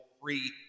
free